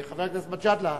חבר הכנסת מג'אדלה.